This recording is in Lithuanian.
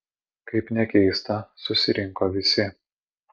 kaip nekeista susirinko visi